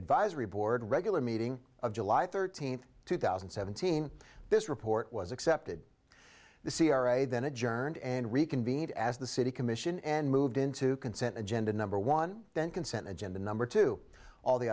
advisory board regular meeting of july thirteenth two thousand and seventeen this report was accepted the c r a then adjourned and reconvened as the city commission and moved into consent agenda number one then consent agenda number two all the